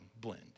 blend